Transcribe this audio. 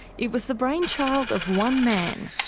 it was the brainchild of one man,